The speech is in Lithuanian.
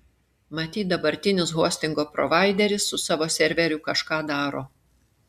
matyt dabartinis hostingo provaideris su savo serveriu kažką daro